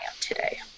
today